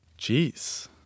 Jeez